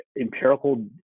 empirical